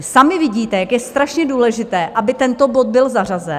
Sami vidíte, jak je strašně důležité, aby tento bod byl zařazen.